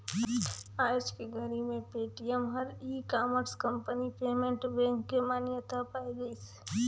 आयज के घरी मे पेटीएम हर e commerce company payment bank के मान्यता पाए गइसे